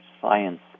science